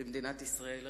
במדינת ישראל הריבונית.